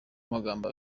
magambo